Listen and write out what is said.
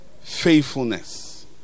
faithfulness